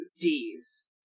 Ds